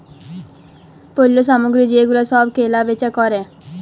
পল্য সামগ্রী যে গুলা সব কেলা বেচা ক্যরে